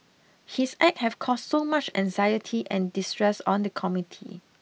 his act have caused much anxiety and distress on the community